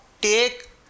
take